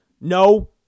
No